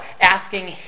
asking